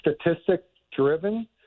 statistic-driven